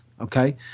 okay